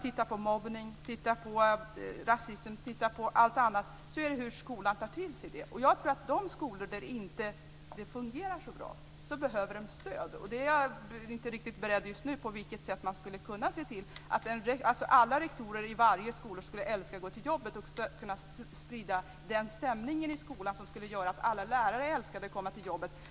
Titta på mobbning! Titta på rasism och på allt annat! Det beror på hur skolan tar till sig det hela. Jag tror att de skolor där det inte fungerar så bra behöver stöd. Just nu är jag inte riktigt beredd att säga på vilket sätt man skulle kunna ge det. Alla rektorer i varje skola borde naturligtvis älska att gå till jobbet, och kunna sprida en stämning i skolan som gjorde att alla lärare älskade att komma till jobbet.